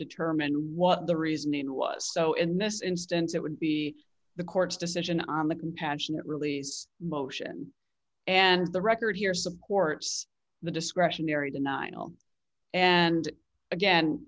determine what the reasoning was so in this instance it would be the court's decision on the passionate release motion and the record here supports the discretionary denial and again